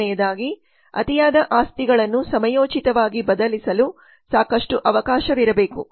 ಎರಡನೆಯದಾಗಿ ಅತಿಯಾದ ಆಸ್ತಿಗಳನ್ನು ಸಮಯೋಚಿತವಾಗಿ ಬದಲಿಸಲು ಸಾಕಷ್ಟು ಅವಕಾಶವಿರಬೇಕು